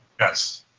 yes.